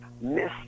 miss